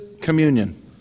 communion